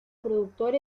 productor